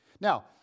Now